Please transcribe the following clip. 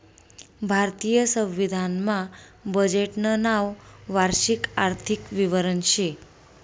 भारतीय संविधान मा बजेटनं नाव वार्षिक आर्थिक विवरण शे